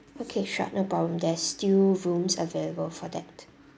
okay sure no problem there's still rooms available for that